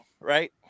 right